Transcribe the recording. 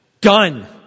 Done